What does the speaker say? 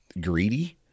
greedy